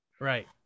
Right